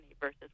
versus